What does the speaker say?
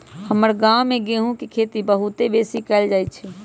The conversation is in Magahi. हमर गांव में गेहूम के खेती बहुते बेशी कएल जाइ छइ